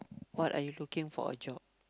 what are you looking for a job